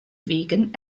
wegen